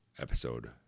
episode